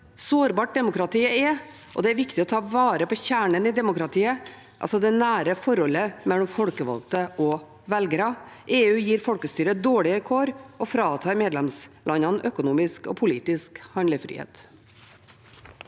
sårbart demokratiet er, og det er viktig å ta vare på kjernen i demokratiet, altså det nære forholdet mellom folkevalgte og velgere. EU gir folkestyret dårligere kår og fratar medlemslandene økonomisk og politisk handlefrihet.